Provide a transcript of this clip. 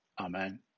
Amen